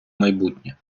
майбутнє